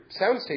soundstage